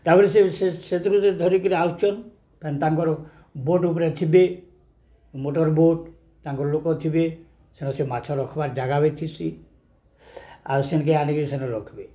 ତା'ପରେ ସେଥିରୁ ସେ ଧରିକିରି ଆସୁଛନ୍ ତାଙ୍କର ବୋଟ୍ ଉପରେ ଥିବେ ମୋଟର୍ ବୋଟ୍ ତାଙ୍କର ଲୋକ ଥିବେ ସେନ ସେ ମାଛ ରଖ୍ବାର ଜାଗା ବି ଥିସି ଆଉ ସେନ୍କେ ଆଣିକି ସେନ୍ ରଖ୍ବେ